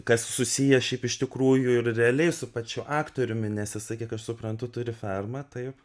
kas susiję šiaip iš tikrųjų ir realiai su pačiu aktoriumi nes jisai kiek aš suprantu turi fermą taip